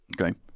Okay